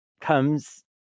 comes